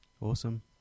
Awesome